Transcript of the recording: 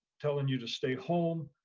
telling you to stay home,